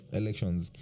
elections